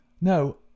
No